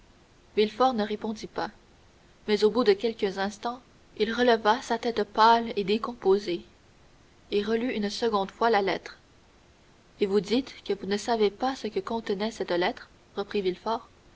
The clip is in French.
dantès villefort ne répondit pas mais au bout de quelques instants il releva sa tête pâle et décomposée et relut une seconde fois la lettre et vous dites que vous ne savez pas ce que contenait cette lettre reprit